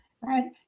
right